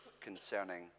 concerning